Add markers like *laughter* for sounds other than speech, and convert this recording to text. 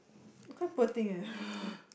quite poor thing eh *breath*